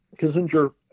Kissinger